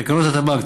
לתקנות הטבק,